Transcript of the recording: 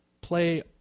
play